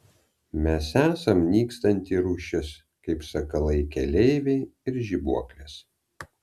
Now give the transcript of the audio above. mes esam nykstanti rūšis kaip sakalai keleiviai ir žibuoklės